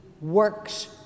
works